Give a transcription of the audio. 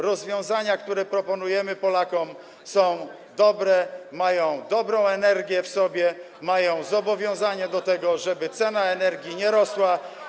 Rozwiązania, które proponujemy Polakom, są dobre, mają w sobie dobrą energię, zawierają zobowiązanie do tego, żeby cena energii nie rosła.